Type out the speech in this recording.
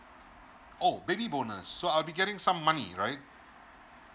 oh baby bonus so I'll be getting some money right